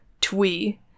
twee